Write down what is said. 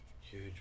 huge